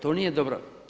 To nije dobro.